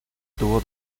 tuvo